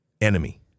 enemy